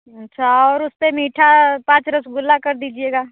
अच्छा और उस पे मीठा पाँच रसगुल्ला कर दीजिएगा